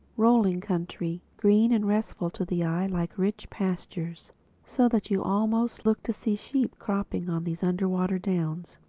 rolling country, green and restful to the eye like rich pastures so that you almost looked to see sheep cropping on these underwater downs.